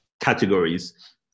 categories